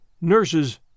nurses